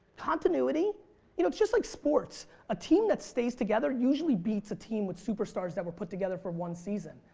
continuity you know it's just like sports a team that stays together usually beats a team with superstars that were put together for one season.